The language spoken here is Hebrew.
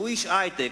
שהוא איש היי-טק,